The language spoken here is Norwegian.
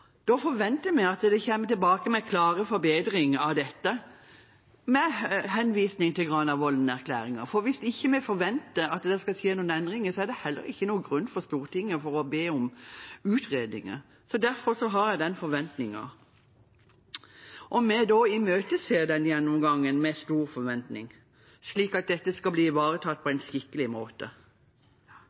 Da forventer vi, akkurat som bl.a. Arbeiderpartiet gjør, at man kommer tilbake med en klar forbedring av dette, med henvisning til Granavolden-erklæringen, for hvis vi ikke forventer at det skal skje noen endringer, er det heller ikke noen grunn for Stortinget å be om utredninger. Så derfor har jeg den forventningen – vi imøteser den gjennomgangen med stor forventning, slik at dette skal bli ivaretatt på en skikkelig måte.